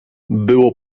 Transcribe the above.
było